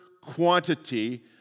quantity